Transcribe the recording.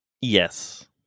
Yes